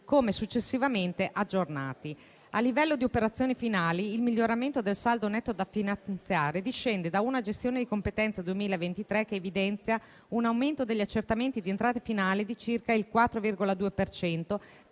come successivamente aggiornati. A livello di operazioni finali, il miglioramento del saldo netto da finanziare discende da una gestione di competenza 2023, che evidenzia un aumento degli accertamenti di entrate finali di circa il 4,2